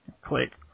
Click